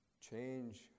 change